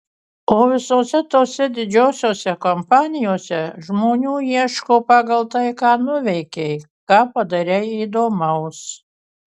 o visose tose didžiosiose kompanijose žmonių ieško pagal tai ką nuveikei ką padarei įdomaus